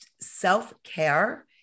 self-care